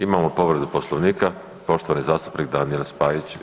Imamo povredu Poslovnika, poštovani zastupnik Daniel Spajić.